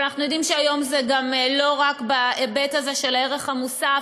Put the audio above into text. אבל אנחנו יודעים שהיום זה גם לא רק בהיבט הזה של הערך המוסף,